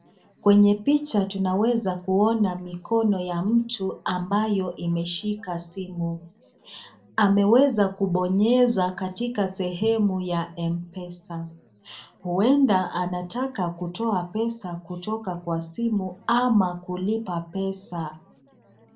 Kwenye picha tunaweza kuona mikono ya mtu ambayo imeshika simu, ameweza kubonyeza katika sehemu ya M-PESA, ueda anataka kutoa pesa kutoka kwa simu ama kulipa pesa.